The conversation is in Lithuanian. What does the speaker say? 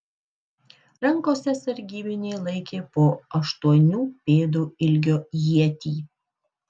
rankose sargybiniai laikė po aštuonių pėdų ilgio ietį